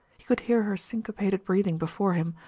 he could hear her syncopated breathing before him,